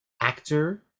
Actor